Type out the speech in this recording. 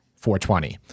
420